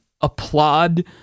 applaud